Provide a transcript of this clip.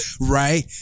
Right